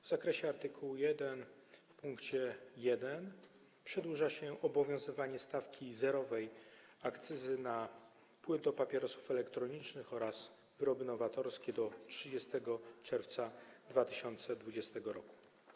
W zakresie art. 1 w pkt 1 przedłuża się obowiązywanie stawki zerowej akcyzy na płyn do papierosów elektronicznych oraz wyroby nowatorskie do 30 czerwca 2020 r.